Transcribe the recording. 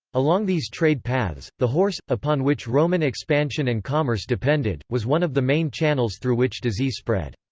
along these trade paths, the horse, upon which roman expansion and commerce depended, was one of the main channels through which disease spread.